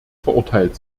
verurteilt